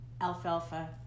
alfalfa